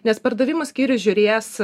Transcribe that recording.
nes pardavimų skyrius žiūrės